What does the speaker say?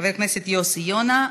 חבר הכנסת יוסי יונה,